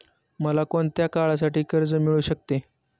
मला कोणत्या काळासाठी कर्ज मिळू शकते?